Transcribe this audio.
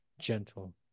gentle